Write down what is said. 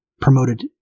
promoted